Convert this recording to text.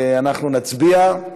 אנחנו נצביע.